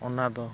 ᱚᱱᱟ ᱫᱚ